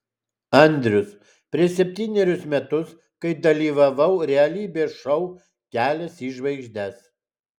andrius prieš septynerius metus kai dalyvavau realybės šou kelias į žvaigždes